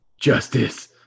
Justice